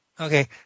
Okay